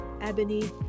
Ebony